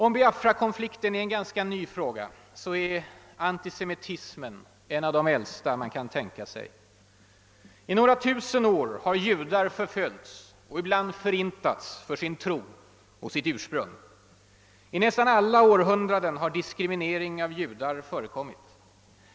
Om Biafrakonflikten är en ganska ny fråga är antisemitismen en av de äldsta man kan tänka sig. I några tusen år har judar förföljts och ibland förintats för sin tro och sitt ursprung. I nästan alla århundraden har diskriminering av judar förekommit.